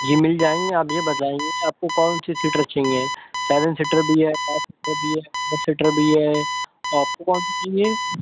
جی مل جائیں گے آپ یہ بتائیے آپ کو کون سی سیٹر چاہیے سیون سیٹر بھی ہے فائیو سیٹر بھی ہے فور سیٹر بھی ہے تو آپ کو کون سی چاہیے